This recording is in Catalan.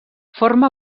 forma